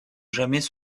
jamais